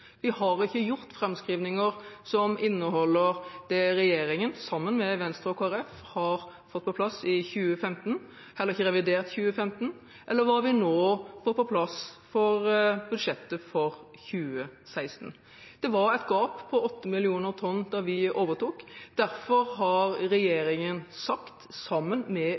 Vi har ikke gjort framskrivninger som inneholder det som regjeringen, sammen med Venstre og Kristelig Folkeparti, har fått på plass i 2015. Heller ikke i revidert for 2015, eller hva vi nå får på plass i budsjettet for 2016. Det var et gap på 8 millioner tonn da vi overtok. Derfor har regjeringen, sammen med